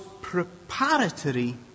preparatory